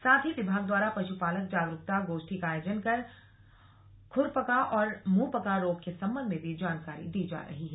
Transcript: साथ ही विभाग द्वारा पशुपालक जागरूकता गोष्ठी का आयोजन कर खुरपका और मुंहपका रोग के संबंध में भी जानकारी दी जा रही है